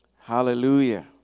Hallelujah